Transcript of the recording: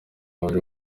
babiri